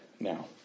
now